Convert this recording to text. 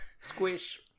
squish